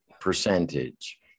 percentage